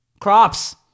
Crops